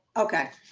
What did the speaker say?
okay.